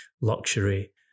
luxury